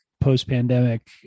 post-pandemic